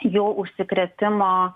jo užsikrėtimo